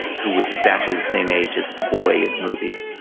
who was exactly the same age as the boy in the movie,